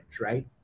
right